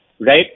right